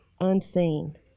unseen